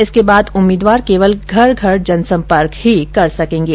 इसके बाद उम्मीदवार केवल घर घर जनसंपर्क ही कर सकेंगे